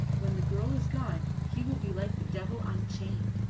when the girl is gone he will be like the devil unchained.